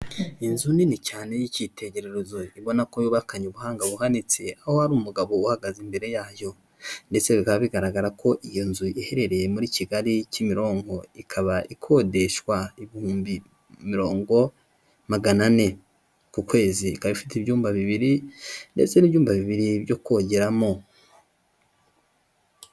Inzu nini cyane y'icyitegererezo, ubona ko yubakanye ubuhanga buhanitse, aho hari umugabo uhagaze imbere yayo ndetse bikaba bigaragara ko iyo nzu iherereye muri Kigali Kimironko, ikaba ikodeshwa ibihumbi mirongo, magana ane ku kwezi, ikaba ifite ibyumba bibiri ndetse n'ibyumba bibiri byo kogeramo.